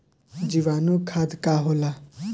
जीवाणु खाद का होला?